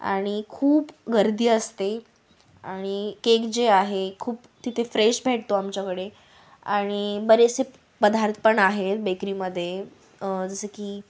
आणि खूप गर्दी असते आणि केक जे आहे खूप तिथे फ्रेश भेटतो आमच्याकडे आणि बरेचसे पदार्थ पण आहेत बेकरीमध्ये जसं की